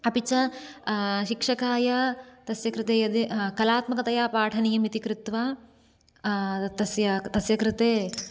अपि च शिक्षकाय तस्य कृते यद् कलात्मकतया पाठनीयमिति कृत्वा तस्य तस्य कृते